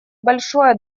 большое